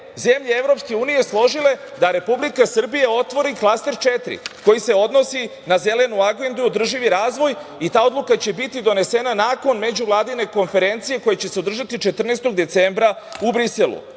zemlje EU složile da Republika Srbija otvori Klaster 4, koji se odnosi na Zelenu agendu i održivi razvoj. Ta odluka će biti donesena nakon Međuvladine konferencije, koja će se održati 14. decembra u Briselu.